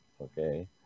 Okay